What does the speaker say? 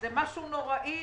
זה משהו נוראי.